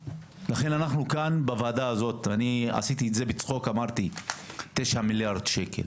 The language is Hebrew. אני אמרתי בצחוק לגבי התשעה מיליארד שקל.